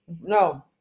No